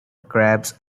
crabs